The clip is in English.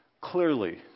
Clearly